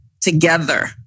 together